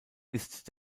ist